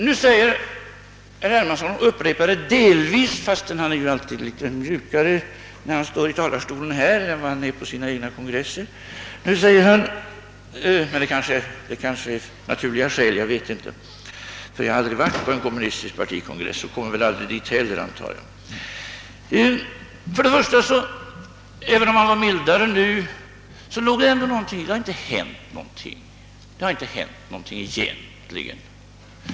Nu säger herr Hermansson, även om han alltid uttrycker sig mjukare när han står i denna talarstol än på sina egna kongresser — detta kanske av naturliga skäl, jag vet inte, för jag har aldrig varit på någon kommunistisk partikongress och kommer väl aldrig dit heller — att det egentligen inte har hänt någonting.